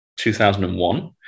2001